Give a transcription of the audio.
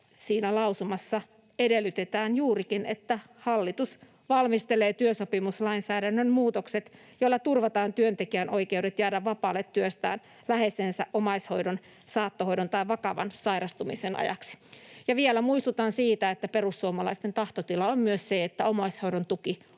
siinä lausumassa edellytetään juurikin, että ”hallitus valmistelee työsopimuslainsäädännön muutokset, joilla turvataan työntekijän oikeudet jäädä vapaalle työstään läheisensä omaishoidon, saattohoidon tai vakavan sairastumisen ajaksi”. Ja vielä muistutan siitä, että perussuomalaisten tahtotila on myös se, että omaishoidon tuki olisi